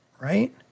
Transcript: right